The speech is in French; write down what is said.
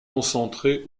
concentrés